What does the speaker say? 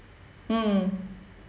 hmm